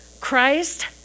Christ